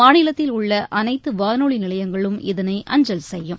மாநிலத்தில் உள்ள அனைத்து வானொலி நிலையங்களும் இதனை அஞ்சல் செய்யும்